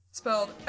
spelled